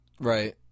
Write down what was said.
Right